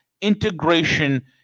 integration